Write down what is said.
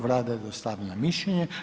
Vlada je dostavila mišljenje.